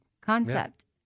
Concept